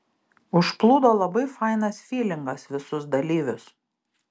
užplūdo labai fainas fylingas visus dalyvius